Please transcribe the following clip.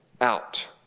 out